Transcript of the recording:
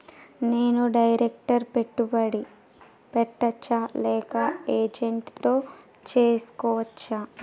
నేను డైరెక్ట్ పెట్టుబడి పెట్టచ్చా లేక ఏజెంట్ తో చేస్కోవచ్చా?